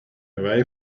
away